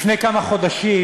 לפני כמה חודשים,